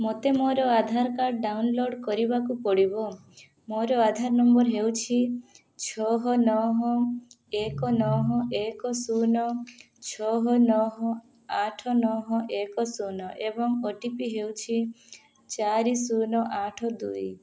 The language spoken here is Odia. ମୋତେ ମୋର ଆଧାର କାର୍ଡ଼ ଡାଉନଲୋଡ଼୍ କରିବାକୁ ପଡ଼ିବ ମୋର ଆଧାର ନମ୍ବର ହେଉଛି ଛଅ ନଅ ଏକ ନଅ ଏକ ଶୂନ ଛଅ ନଅ ଆଠ ନଅ ଏକ ଶୂନ ଏବଂ ଓ ଟି ପି ହେଉଛି ଚାରି ଶୂନ ଆଠ ଦୁଇ